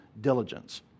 diligence